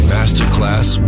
Masterclass